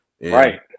Right